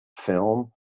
film